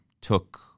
took